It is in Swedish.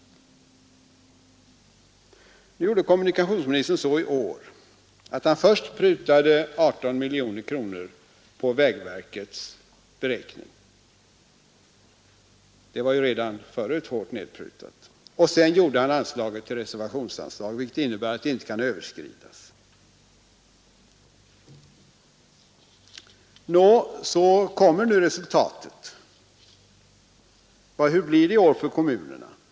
I år gjorde kommunikationsministern så, att han först prutade 18 miljoner kronor på vägverkets beräkning — som ju redan förut var hårt nedprutad — och sedan gjorde han anslaget till reservationsanslag, vilket innebär att det inte kan överskridas. Nu kommer resultatet. Hur blir det i år för kommunerna?